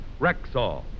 Rexall